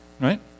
right